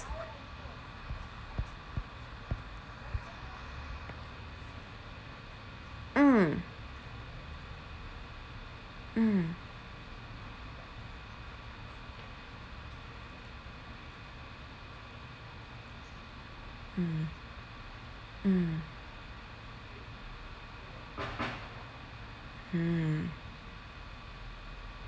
mm mm mm mm hmm